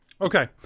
Okay